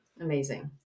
amazing